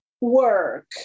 work